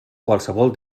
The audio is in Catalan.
qualsevol